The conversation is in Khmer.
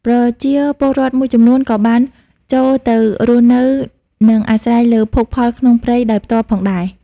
ប្រជាពលរដ្ឋមួយចំនួនក៏បានចូលទៅរស់នៅ និងអាស្រ័យលើភោគផលក្នុងព្រៃដោយផ្ទាល់ផងដែរ។